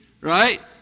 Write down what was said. right